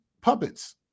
puppets